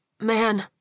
Man